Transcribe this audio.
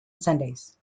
sundays